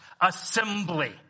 assembly